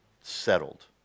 settled